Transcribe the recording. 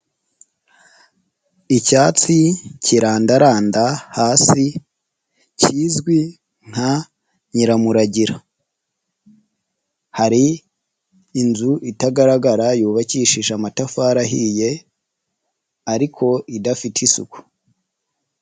Icyatsi kirandaranda hasi kizwi nka nyiramuragira, hari inzu itagaragara yubakishije amatafari ahiye ariko idafite isuku.